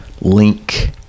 link